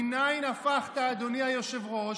מניין הפכת, אדוני היושב-ראש,